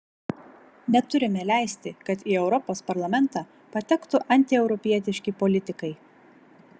neturime leisti kad į europos parlamentą patektų antieuropietiški politikai